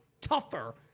tougher